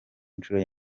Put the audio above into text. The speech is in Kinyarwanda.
nshuro